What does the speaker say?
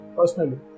Personally